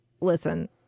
listen